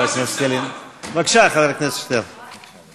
חבר הכנסת שטרן.